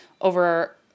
over